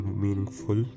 meaningful